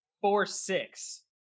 four-six